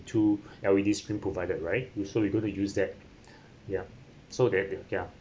two L_E_D screen provided right use so we going to use that ya so that the yeah